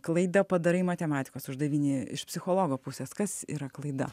klaidą padarai matematikos uždaviny iš psichologo pusės kas yra klaida